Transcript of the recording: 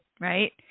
right